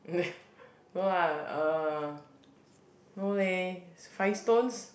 no lah uh no leh five stones